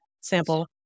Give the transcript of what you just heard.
sample